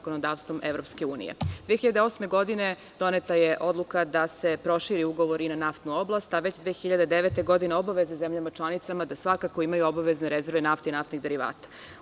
Godine 2008. doneta je odluka da se proširi ugovor i na naftnu oblast, a već 2009. godine obaveza zemljama članica da svakako imaju obavezne rezerve nafte i naftnih derivata.